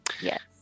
Yes